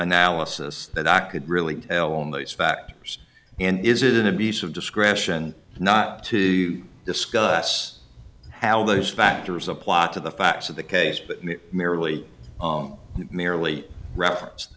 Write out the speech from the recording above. analysis that i could really tell on those factors and is is an abuse of discretion not to discuss how those factors apply it to the facts of the case but merely merely reference